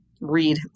read